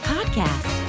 Podcast